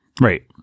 Right